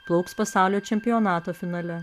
plauks pasaulio čempionato finale